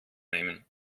nehmen